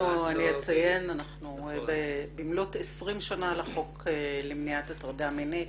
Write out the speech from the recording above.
אני אציין שבמלאת 20 שנה לחוק למניעת הטרדה מינית,